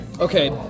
okay